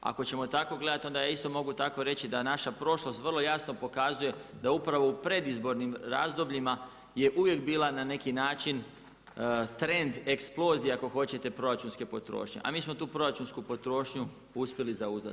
Ako ćemo tako gledati, onda ja isto tako mogu reći da naša prošlost vrlo jasno pokazuje da upravo u predizbornim razdobljima je uvijek bila na neki način, trend, eksplozija, ako hoćete proračunske potrošnje, a mi smo tu proračunsku potrošnju uspjeli zauzdati.